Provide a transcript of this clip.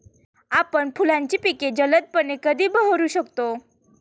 आपण फुलांची पिके जलदपणे कधी बहरू शकतो?